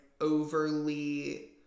overly